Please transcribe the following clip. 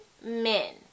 men